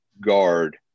guard